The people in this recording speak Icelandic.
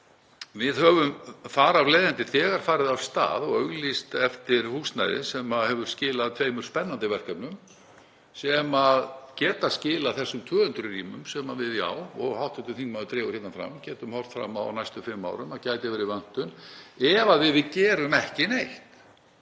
Við höfum þar af leiðandi þegar farið af stað og auglýst eftir húsnæði sem hefur skilað tveimur spennandi verkefnum sem geta skilað þessum 200 rýmum sem, eins og hv. þingmaður dregur hér fram, við getum horft fram á á næstu fimm árum að gæti verið vöntun á ef við gerum ekki neitt